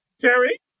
Terry